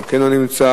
גם כן לא נמצא,